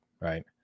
right